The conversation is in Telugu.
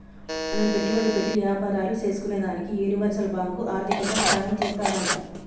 మనం పెట్టుబడి పెట్టి యాపారాలు సేసుకునేదానికి యూనివర్సల్ బాంకు ఆర్దికంగా సాయం చేత్తాదంట